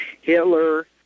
Hitler